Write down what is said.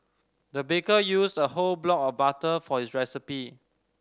the baker used a whole block of butter for his recipe